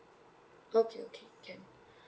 okay okay can